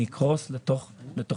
אנחנו נקרוס לתוכנו.